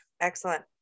Excellent